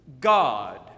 God